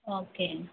okay